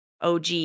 OG